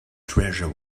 treasure